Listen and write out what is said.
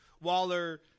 Waller